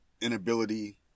inability